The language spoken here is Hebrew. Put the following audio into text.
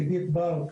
אדית בר,